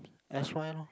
s_y lor